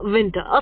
Winter